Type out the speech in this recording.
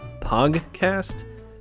Podcast